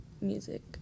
music